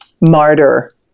martyr